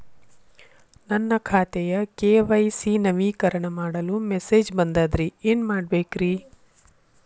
ನನ್ನ ಖಾತೆಯ ಕೆ.ವೈ.ಸಿ ನವೇಕರಣ ಮಾಡಲು ಮೆಸೇಜ್ ಬಂದದ್ರಿ ಏನ್ ಮಾಡ್ಬೇಕ್ರಿ?